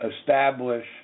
establish